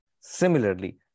Similarly